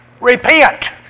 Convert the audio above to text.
repent